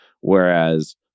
Whereas